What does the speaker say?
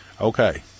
okay